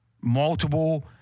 multiple